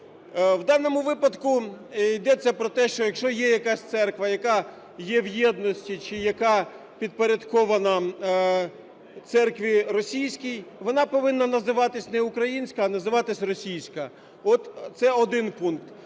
В даному випадку йдеться про те, що якщо є якась церква, яка є в єдності чи яка підпорядкована церкві російській, вона повинна називатись не українська, а називатись російська. От це один пункт.